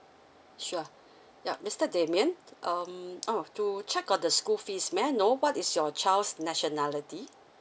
sure yup mister damian um oh to check on the school fees may I know what is your child's nationality